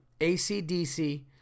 ACDC